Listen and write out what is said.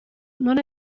non